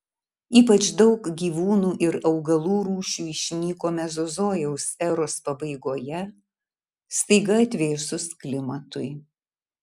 ypač daug gyvūnų ir augalų rūšių išnyko mezozojaus eros pabaigoje staiga atvėsus klimatui